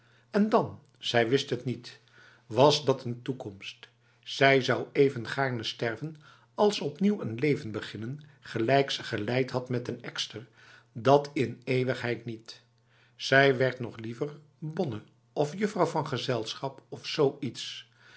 en dan zij wist het niet was dat een toekomst zij zou even gaarne sterven als opnieuw een leven beginnen gelijk ze geleid had met den ekster dat in eeuwigheid niet zij werd nog liever bonne of juffrouw van gezelschap of zoiets